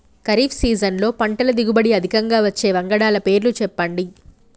ఖరీఫ్ సీజన్లో పంటల దిగుబడి అధికంగా వచ్చే వంగడాల పేర్లు చెప్పండి?